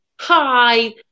Hi